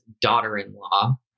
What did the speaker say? daughter-in-law